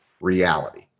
reality